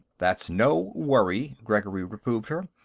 that's no worry, gregory reproved her.